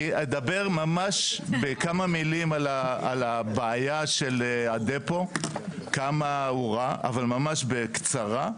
אני אדבר ממש בכמה מילים על הבעיה של הדפו כמה הוא רע אבל ממש בקצרה,